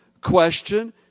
Question